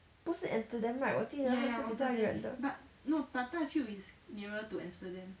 不是 amsterdam right 我记得他是比较远的